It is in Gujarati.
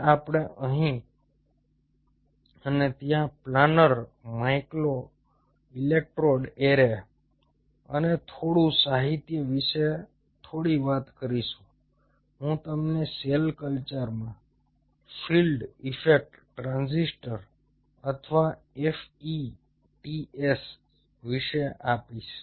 જ્યાં આપણે અહીં અને ત્યાં પ્લાનર માઇક્રો ઇલેક્ટ્રોડ એરે અને થોડું સાહિત્ય વિશે થોડી વાત કરીશું હું તમને સેલ કલ્ચરમાં ફિલ્ડ ઇફેક્ટ ટ્રાન્ઝિસ્ટર અથવા f e ts વિશે આપીશ